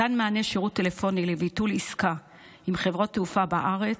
מתן מענה שירות טלפוני לביטול עסקה עם חברות תעופה בארץ,